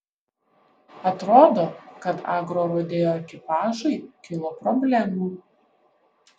atrodo kad agrorodeo ekipažui kilo problemų